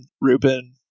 Ruben